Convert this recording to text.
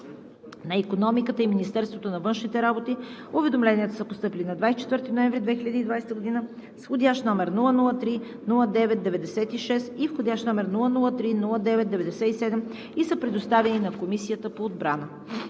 на икономиката и Министерството на външните работи. Уведомленията са постъпили на 24 ноември 2020 г., с входящ № 003-09-96 и входящ № 003-09-97, и са предоставени на Комисията по отбрана.